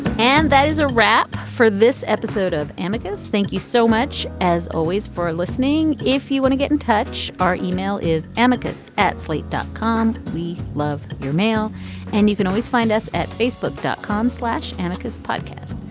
and that is a wrap for this episode of amicus. thank you so much as always for listening. if you want to get in touch our email is amicus at slate dot com. we love your mail and you can always find us at facebook dot com slash amicus podcast.